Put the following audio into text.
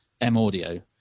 M-Audio